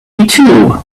too